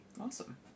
awesome